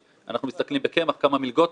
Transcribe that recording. שבמקרים רבים,